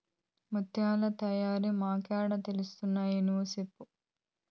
ముత్యాల తయారీ మాకేడ తెలుస్తయి నువ్వే సెప్పు